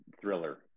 thriller